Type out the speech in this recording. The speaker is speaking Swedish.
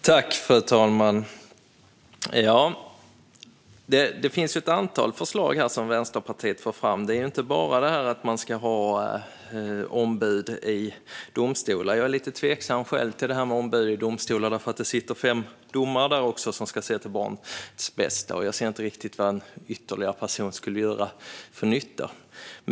Fru talman! Vänsterpartiet för fram ett antal förslag här, inte bara om att man ska ha ombud i domstolar. Jag är själv lite tveksam till det här med ombud i domstolarna, för det sitter också fem domare där som ska se till barnets bästa. Jag ser inte riktigt vad en ytterligare person skulle göra för nytta.